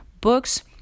books